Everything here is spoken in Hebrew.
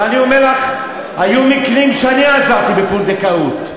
ואני אומר לך, היו מקרים שאני עזרתי בפונדקאות.